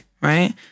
right